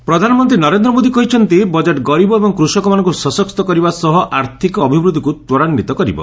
budget PM ପ୍ରଧାନମନ୍ତ୍ରୀ ନରେନ୍ଦ୍ର ମୋଦି କହିଛନ୍ତି budget ଗରିବ ଏବଂ କୃଷକମାନଙ୍କୁ ସଶକ୍ତ କରିବା ସହ ଆର୍ଥିକ ଅଭିବୃଦ୍ଧିକୁ ତ୍ୱରାନ୍ୱିତ କରିବ